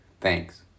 Thanks